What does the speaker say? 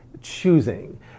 choosing